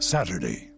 Saturday